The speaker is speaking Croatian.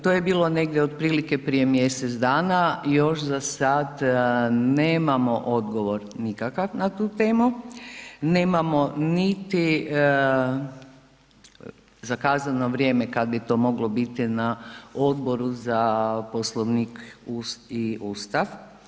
To je bilo negdje otprilike prije mjesec dana, još za sad nemamo odgovor nikakav na tu temu, nemamo niti zakazano vrijeme kad bi to moglo biti na Odboru za Poslovnik i Ustav.